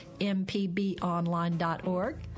mpbonline.org